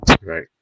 right